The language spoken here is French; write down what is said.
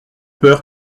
peur